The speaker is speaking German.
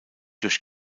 durch